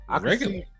regular